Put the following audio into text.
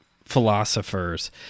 philosophers